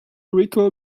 rico